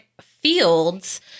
fields